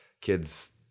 kids